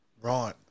Right